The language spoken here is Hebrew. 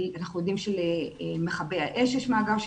אנחנו יודעים שלמכבי האש יש מאגר של